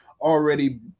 already